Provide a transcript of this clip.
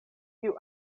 kiu